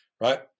right